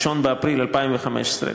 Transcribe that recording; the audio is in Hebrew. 1 באפריל 2015,